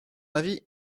avis